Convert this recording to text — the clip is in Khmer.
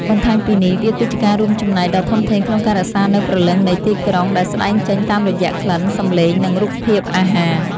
បន្ថែមពីនេះ វាគឺជាការរួមចំណែកដ៏ធំធេងក្នុងការរក្សានូវ ព្រលឹងនៃទីក្រុង ដែលស្តែងចេញតាមរយៈក្លិន សំឡេង និងរូបភាពអាហារ។